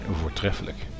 voortreffelijk